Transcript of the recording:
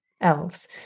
elves